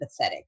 empathetic